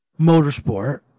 Motorsport